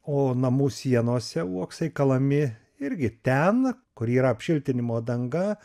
o namų sienose uoksai kalami irgi ten kur yra apšiltinimo danga